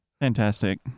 Fantastic